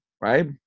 right